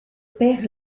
perd